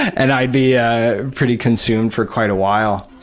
and i'd be ah pretty consumed for quite a while.